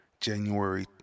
January